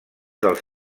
dels